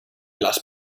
las